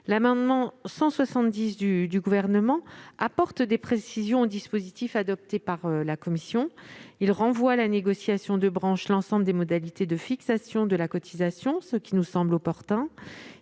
L'amendement n° 170 a pour objet d'apporter des précisions au dispositif adopté par la commission. Il tend à renvoyer à la négociation de branche l'ensemble des modalités de fixation de la cotisation, ce qui nous semble opportun.